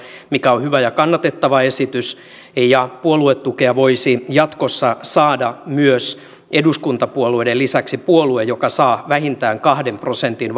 mikä on hyvä ja kannatettava esitys puoluetukea voisi jatkossa saada eduskuntapuolueiden lisäksi myös puolue joka saa vähintään kahden prosentin